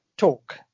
Talk